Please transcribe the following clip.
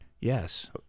Yes